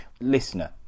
Listener